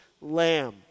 lamb